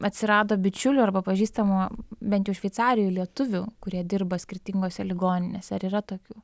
atsirado bičiulių arba pažįstamų bent jau šveicarijoj lietuvių kurie dirba skirtingose ligoninėse ar yra tokių